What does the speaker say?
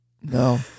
No